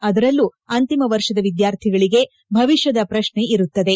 ಅದರಲ್ಲೂ ಅಂತಿಮ ವರ್ಷದ ವಿದ್ಯಾರ್ಥಿಗಳಿಗೆ ಭವಿಷ್ಠದ ಪ್ರಶ್ನೆ ಇರುತ್ತದೆ